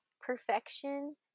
perfection